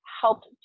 helped